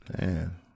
Man